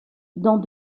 dans